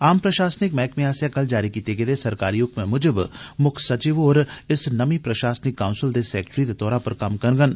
आम प्रशासनिक मैह्कमे आसेआ कल जारी कीते गेदे सरकारी हुक्मै मुजब मुक्ख सचिव होर इस नमीं प्रशासनिक काउंसल दे सैक्रेटरी दे तौर पर कम्म करडन